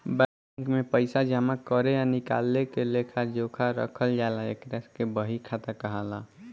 bank में पइसा जामा करे आ निकाले के लेखा जोखा रखल जाला एकरा के बही खाता कहाला